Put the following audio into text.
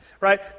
right